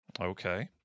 Okay